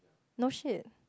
not shit